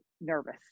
nervous